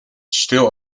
still